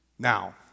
Now